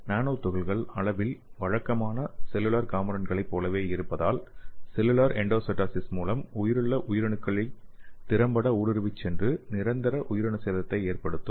நானோ துகள்கள் அளவில் வழக்கமான செல்லுலார் காம்பொனென்ட்களை போலவே இருப்பதால் செல்லுலார் எண்டோசைட்டோசிஸ் மூலம் உயிருள்ள உயிரணுக்களை திறம்பட ஊடுருவிச் சென்று நிரந்தர உயிரணு சேதத்தை ஏற்படுத்தும்